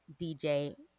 DJ